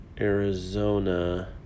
Arizona